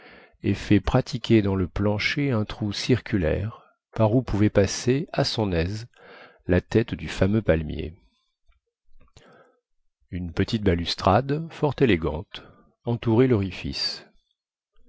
et fait pratiquer dans le plancher un trou circulaire par où pouvait passer à son aise la tête du fameux palmier une petite balustrade fort élégante entourait lorifice